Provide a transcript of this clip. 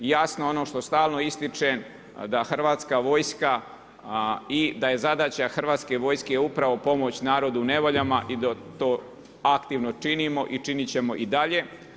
I jasno ono što stalno ističem da Hrvatska vojska i da je zadaća Hrvatske vojske upravo pomoć narodu u nevoljama i da to aktivno činimo i činit ćemo i dalje.